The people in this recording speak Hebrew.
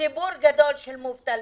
ציבור גדול של מובטלים,